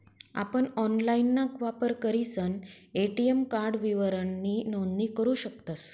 आपण ऑनलाइनना वापर करीसन ए.टी.एम कार्ड विवरणनी नोंदणी करू शकतस